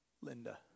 Linda